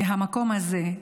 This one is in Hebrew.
מהמקום הזה,